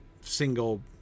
single